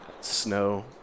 Snow